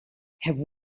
have